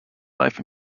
life